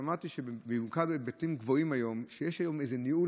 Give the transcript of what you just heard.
שמעתי שבמיוחד בבתים גבוהים כיום, איפה שיש ניהול